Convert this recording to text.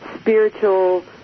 spiritual